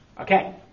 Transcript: Okay